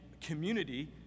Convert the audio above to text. community